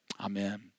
Amen